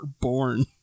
born